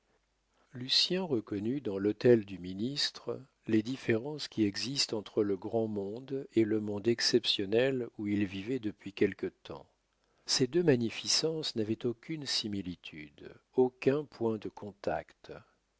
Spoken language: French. lucien reconnut dans l'hôtel du ministre les différences qui existent entre le grand monde et le monde exceptionnel où il vivait depuis quelque temps ces deux magnificences n'avaient aucune similitude aucun point de contact